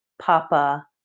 Papa